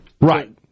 right